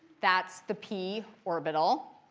that's the p orbital.